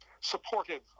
supportive